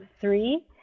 three